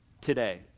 today